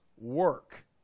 work